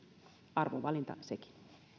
arvovalinta sekin